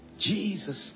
Jesus